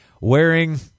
wearing